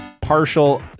partial